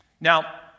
Now